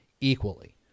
equally